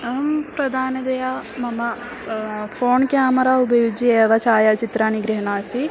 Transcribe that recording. अहं प्रधानतया मम फ़ोण् केमेरा उपयुज्य एव छायाचित्राणि गृह्णामि